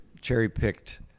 cherry-picked